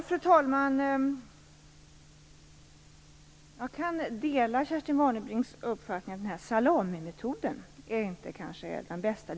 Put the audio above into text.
Fru talman! Jag kan dela Kerstin Warnerbrings uppfattning att salamimetoden kanske inte är den bästa.